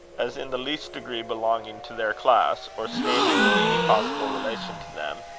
as in the least degree belonging to their class, or standing in any possible relation to them,